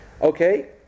Okay